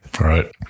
Right